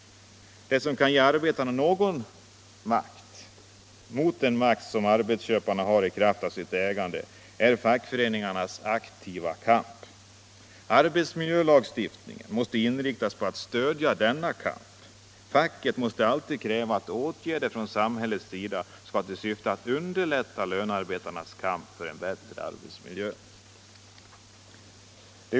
Det som kan ge arbetarna någon makt mot den makt arbetsköparna har i kraft av sitt ägande är att fackföreningarna för en aktiv kamp. Arbetsmiljölagstiftningen måste inriktas på att stödja denna kamp. Facket måste alltid kräva att åtgärder från samhällets sida skall ha till syfte att underlätta lönarbetarnas kamp för en bättre arbetsmiljö.